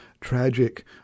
tragic